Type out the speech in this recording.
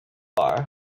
are